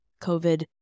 COVID